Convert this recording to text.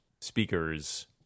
speakers